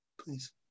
please